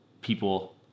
people